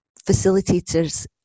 Facilitators